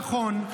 לא נכון,